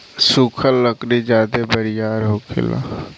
सुखल लकड़ी ज्यादे बरियार होखेला